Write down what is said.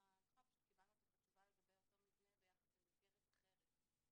קיבלנו את התשובה לגבי אותו מבנה ביחס למסגרת אחרת.